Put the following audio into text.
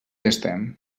estem